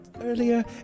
earlier